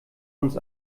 uns